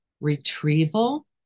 retrieval